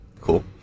cool